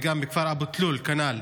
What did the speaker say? גם בכפר אבו תלול, כנ"ל.